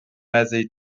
meddu